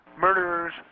murderers